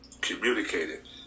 communicated